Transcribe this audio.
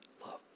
love